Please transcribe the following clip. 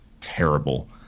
terrible